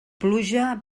pluja